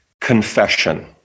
confession